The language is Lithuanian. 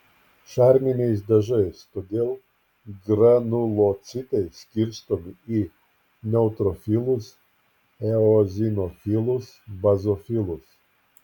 šarminiais dažais todėl granulocitai skirstomi į neutrofilus eozinofilus bazofilus